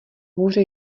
hůře